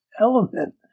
element